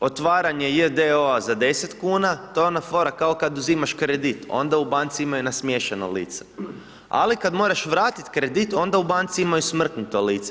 otvaranje j.d.o.o za 10 kn, to je ona fora, kao kada uzimaš kredit, onda u banci imaju nasmiješeno lice, ali kada moraš vratiti kredit, onda u banci imaju smrknuto lice.